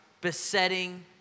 besetting